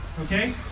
Okay